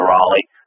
Raleigh